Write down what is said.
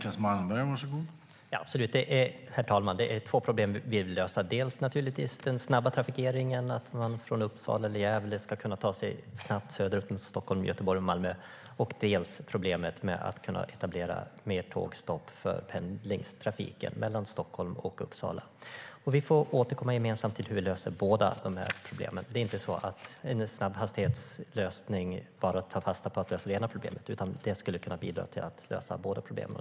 Herr talman! Det är två problem vi vill lösa, dels naturligtvis problemet med den snabba trafikeringen, att man från Uppsala eller Gävle ska kunna ta sig snabbt söderut mot Stockholm, Göteborg och Malmö, dels problemet med att kunna etablera fler tågstopp för pendlingstrafiken mellan Stockholm och Uppsala. Vi får återkomma gemensamt till hur vi löser båda dessa problem. Det är inte så att en snabbhastighetslösning bara tar fasta på att lösa det ena problemet, utan en sådan skulle kunna bidra till att lösa båda problemen.